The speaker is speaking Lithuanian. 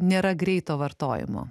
nėra greito vartojimo